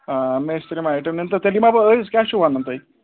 مےٚ ٲسۍ یِم آیٹَم نِنۍ تہٕ تیٚلہِ یِمَہ بہٕ أزۍ کیٛاہ چھُ وَنَان تُہۍ